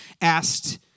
asked